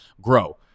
grow